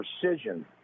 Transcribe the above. precision